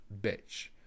bitch